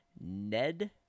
Ned